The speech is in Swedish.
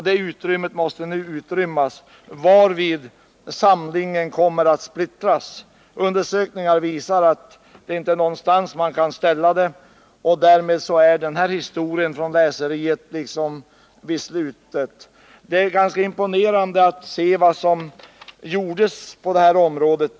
Den lokalen måste nu utrymmas, varvid samlingen kommer att splittras. Undersökningar visar att det inte finns någonstans att ställa den, och därmed är den här historien från läseriet vid slutet. Det är ganska imponerande att se vad som uträttades på det här området.